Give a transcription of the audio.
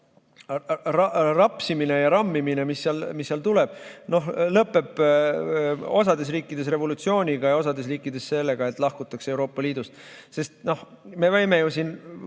rapsimine ja rammimine, mis seal tuleb, lõpeb osas riikides revolutsiooniga ja osas riikides sellega, et lahkutakse Euroopa Liidust. Sest noh, me võime ju siin